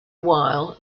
while